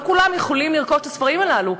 לא כולם יכולים לרכוש את הספרים הללו,